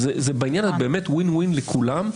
בעניין הזה זה באמת וין-וין לכולם,